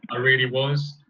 ah really was.